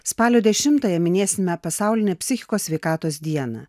spalio dešimtąją minėsime pasaulinę psichikos sveikatos dieną